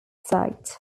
site